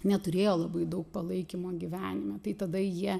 neturėjo labai daug palaikymo gyvenime tai tada jie